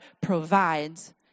provides